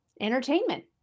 entertainment